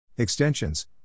Extensions